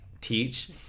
teach